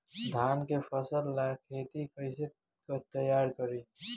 धान के फ़सल ला खेती कइसे तैयार करी?